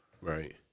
Right